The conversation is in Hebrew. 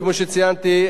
כמו שציינתי,